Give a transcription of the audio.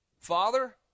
Father